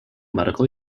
medical